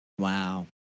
Wow